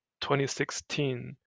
2016